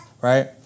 Right